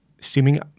streaming